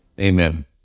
Amen